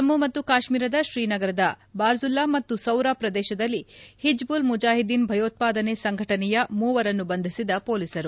ಜಮ್ಮು ಮತ್ತು ಕಾಶ್ಸೀರದ ಶ್ರೀನಗರದ ಬಾರ್ಜುಲ್ಲಾ ಮತ್ತು ಸೌರಾ ಪ್ರದೇತದಲ್ಲಿ ಹಿಜ್ಜುಲ್ ಮುಜಾಹಿದ್ದೀನ್ ಭಯೋತ್ವಾದನೆ ಸಂಘಟನೆಯ ಮೂವರನ್ನು ಬಂಧಿಸಿದ ಪೊಲೀಸರು